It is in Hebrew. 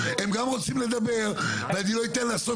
הם גם רוצים לדבר ואני לא אתן לעשות,